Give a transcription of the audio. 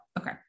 okay